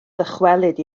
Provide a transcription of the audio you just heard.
ddychwelyd